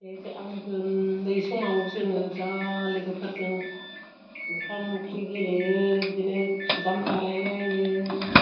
बे जे आंबो उन्दै समाव जोङो जा लोगोफोरजों ओंखाम ओंख्रि गेलेयो बिदिनो सुदाम दालाय लायो